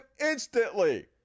instantly